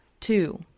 two